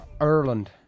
Ireland